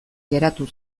geratu